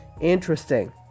Interesting